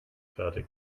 fertig